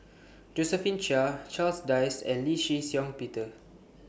Josephine Chia Charles Dyce and Lee Shih Shiong Peter